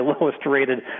lowest-rated